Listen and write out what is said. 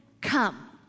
come